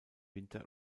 winter